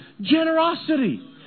generosity